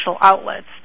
outlets